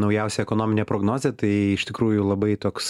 naujausią ekonominę prognozę tai iš tikrųjų labai toks